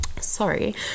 sorry